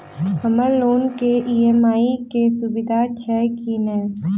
हम्मर लोन केँ ई.एम.आई केँ सुविधा छैय की नै?